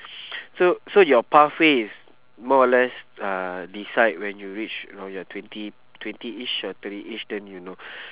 so so your pathway is more or less uh decide when you reach your your twenty twentyish or thirtyish then you know